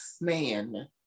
man